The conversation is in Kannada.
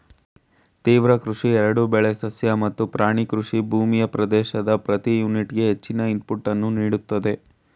ತೀವ್ರ ಕೃಷಿ ಎರಡೂ ಬೆಳೆ ಸಸ್ಯ ಮತ್ತು ಪ್ರಾಣಿ ಕೃಷಿ ಭೂಮಿಯ ಪ್ರದೇಶದ ಪ್ರತಿ ಯೂನಿಟ್ಗೆ ಹೆಚ್ಚಿನ ಇನ್ಪುಟನ್ನು ನೀಡ್ತದೆ